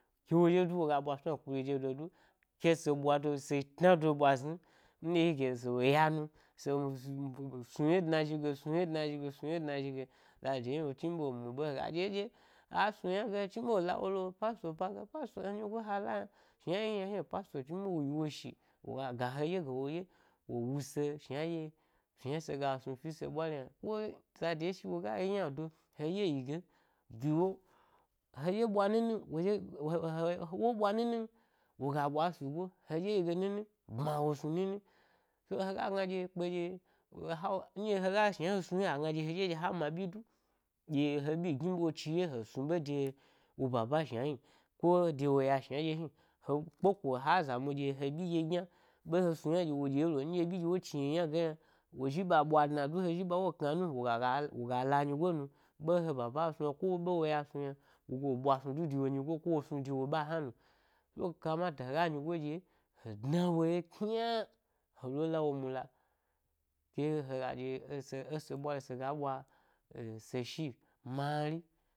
Ke woɗye du woga ɓwa snu ankini dedoyi du ke se ɓwado se tnado ɓwa zni nɗye yi gye se ya nu-se mu se snu ye dna zhige snuye dna zhige, snuye dna zhingo, zade wo chni ɓe wo mu ɓe. hega ɗye ɗye asnu ynage ha chni ɓe hela wo lo pastor ba ge pastor he nyi ha la yna shna yi yna hni’o pastor chni ɓe wo yi wo shi, wo ga heɗye ga woɗye, wo wuse shna edye, shna sega snu fi ‘se ɓwari yna ko, zade shi woga yi ynado, heɗye yi gen giwo heɗye ɓwa ninin wooye hehe wo ɓwa ninin woga ɓwa esuga he ɗye yi genimi bma wo snu nini kelo hega gna ɗye kpe ɗye ɗye ha wo nɗye he ma’byi du, ɗye heɓyi gni ɓe wo chiye has nu ɓe de he baba shna hni ko de wo ya shna eɗye hni he kpeeko ha zamu ɗye ha ɓyi ɗye gyna ɓa he snu yna ɗye wo ɗye gyna ɓe he snu yna ɗye wo ɗye to, nɗye eɓyi ɗye wo chniyi ynage yna wo zhi ɓa ɓwa dna du he zhi ɓa wo knanu woga ga woga lanyigo nu, ɓe he baba snu yna ko ɓe wo ya snu yna wogalo ɓwasnu du de wo nyigo ko wo snu de wo ɓa hna no, so, kamata hega nyigo ɗye, he dna wo ye kyna a hdo la wo mula kohega ɗye ese ese ɓwari’o sega bwa e-se shi ma-ri.